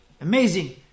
Amazing